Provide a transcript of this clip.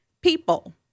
People